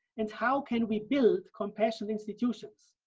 and how can we build compassionate institutions?